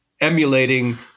emulating